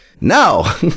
No